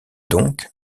donc